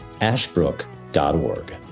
ashbrook.org